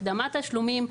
הקדמת תשלומים,